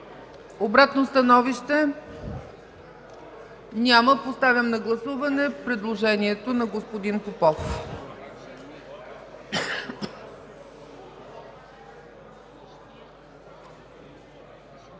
обратно становище? Няма. Подлагам на гласуване предложението на господин Цонев